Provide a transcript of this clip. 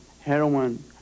heroin